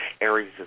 Aries